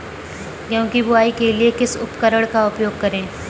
गेहूँ की बुवाई के लिए किस उपकरण का उपयोग करें?